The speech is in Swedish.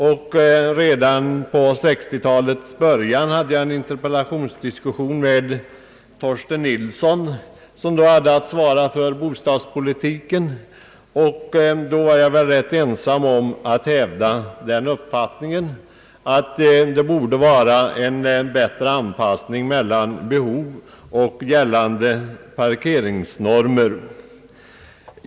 Redan vid 1960-talets början hade jag en interpellationsdiskussion med dåvarande socialministern Torsten Nilsson, som då hade att svara för bostadspolitiken. Då var jag ganska ensam om att hävda den uppfattningen att man borde bättre anpassa gällande parkeringsnormer till behovet.